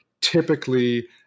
typically